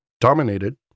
dominated